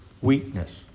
weakness